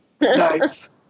Nice